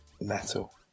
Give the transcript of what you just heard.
metal